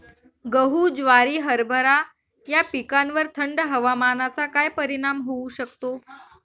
गहू, ज्वारी, हरभरा या पिकांवर थंड हवामानाचा काय परिणाम होऊ शकतो?